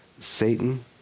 Satan